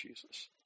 Jesus